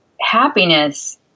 happiness